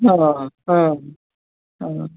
हां हां हां